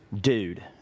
dude